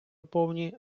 повні